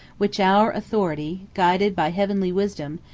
which our authority, guided by heavenly wisdom,